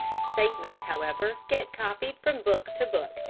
statements, however, get copied from book to book,